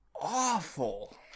awful